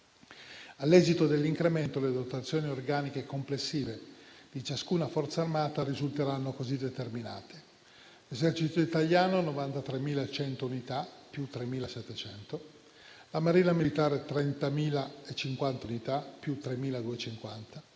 All'esito dell'incremento, le dotazioni organiche complessive di ciascuna forza armata risulteranno così determinate: Esercito italiano, 93.100 unità (+3.700); Marina militare, 30.050 unità (+3.250);